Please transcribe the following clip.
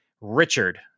richard